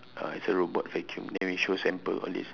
uh it's a robot vacuum then we show sample all these